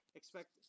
expect